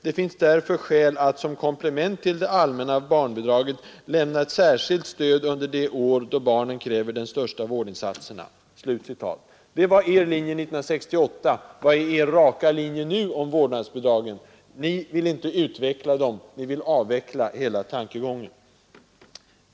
Det finns därför skäl att som komplement till det allmänna barnbidraget lämna ett särskilt stöd under de år då barnen kräver de största vårdinsatserna.” Det var er linje 1968. Vilken är er raka linje nu när det gäller vårdnådsbidragen? Ni vill inte utveckla dem, ni vill avveckla hela tankegången.